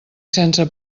sense